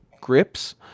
grips